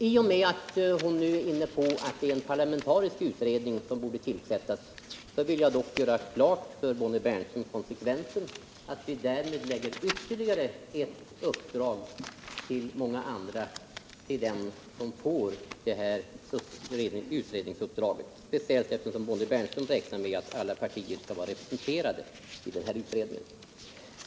I och med att Bonnie Bernström nu är inne på att en parlamentarisk utredning borde tillsättas vill jag göra klart för henne att vi lägger ytterligare ett uppdrag till många andra på dem som får detta utredningsuppdrag, speciellt som Bonnie Bernström räknar med att alla partier skall vara representerade i den här utredningen.